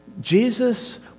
Jesus